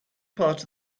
part